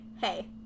hey